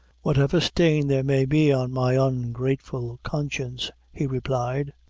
whatever stain there may be on my ungrateful conscience, he replied,